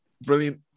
brilliant